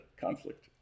conflict